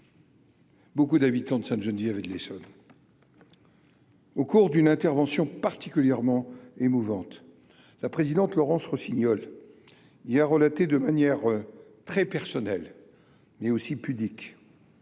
Beaucoup d'habitants de Sainte-Geneviève et de l'Essonne. Au cours d'une intervention particulièrement émouvante, la présidente Laurence Rossignol il a relaté de manière très personnelle mais aussi pudique